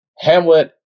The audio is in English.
Hamlet